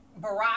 Barack